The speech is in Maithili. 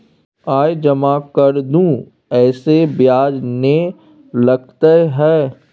आय जमा कर दू ऐसे ब्याज ने लगतै है?